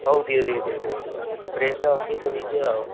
ହଉ ଦିଅ ଦିଅ ଦିଅ ଦିଅ ଯଦି ଫ୍ରେସ୍ଟା ଅଛି ତ ଦେଇ ଦିଅ ଆଉ